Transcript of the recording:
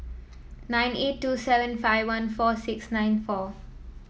nine eight two seven five one four six nine four